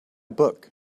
book